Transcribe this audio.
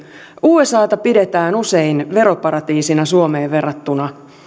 usata pidetään usein veroparatiisina suomeen verrattuna